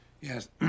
Yes